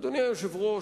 אדוני היושב-ראש,